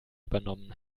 übernommen